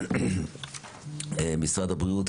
משרד הבריאות,